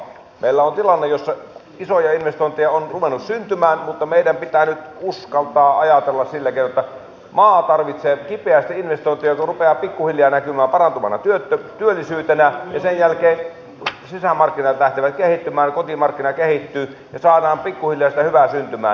meillä on tilanne jossa isoja investointeja on ruvennut syntymään mutta meidän pitää nyt uskaltaa ajatella sillä keinoin että maa tarvitsee kipeästi investointeja jotka rupeavat pikkuhiljaa näkymään parantuvana työllisyytenä ja sen jälkeen sisämarkkinat lähtevät kehittymään kotimarkkina kehittyy ja saadaan pikkuhiljaa sitä hyvää syntymään